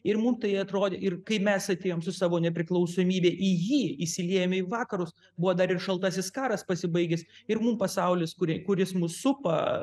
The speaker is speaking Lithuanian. ir mum tai atrodė ir kai mes atėjom su savo nepriklausomybe į jį įsiliejome į vakarus buvo dar ir šaltasis karas pasibaigęs ir mum pasaulis kuri kuris mus supa